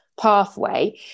pathway